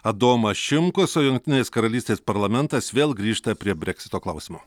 adomas šimkus o jungtinės karalystės parlamentas vėl grįžta prie breksito klausimo